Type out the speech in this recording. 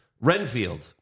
Renfield